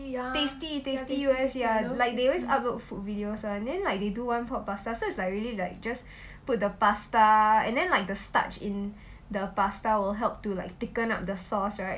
tasty tasty U_S like they always upload food videos [one] then like they do one pot pasta so it's like really like just put the pasta and then like the starch in the pasta will help to thicken up the sauce right